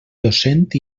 docent